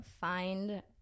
find